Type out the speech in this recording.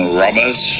robbers